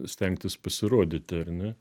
stengtis pasirodyti ar ne